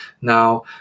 Now